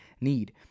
need